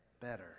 Better